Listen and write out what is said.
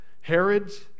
Herod's